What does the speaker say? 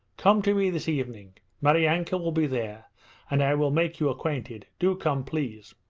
come to me this evening maryanka will be there and i will make you acquainted. do come, please!